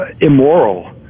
immoral